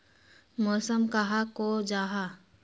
मौसम कहाक को जाहा?